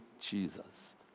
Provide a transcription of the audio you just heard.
Jesus